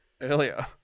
Earlier